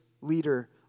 leader